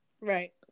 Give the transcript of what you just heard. right